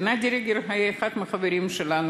גנדי ריגר היה אחד מהחברים שלנו,